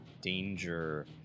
danger